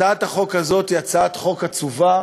הצעת החוק הזאת היא הצעת חוק עצובה,